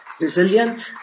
resilient